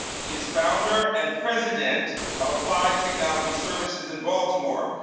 she is founder and president of applied technology services in baltimore.